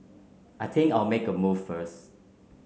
I think I'll make a move first